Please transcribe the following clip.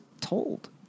told